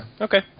Okay